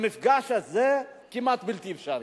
המפגש הזה כמעט בלתי אפשרי.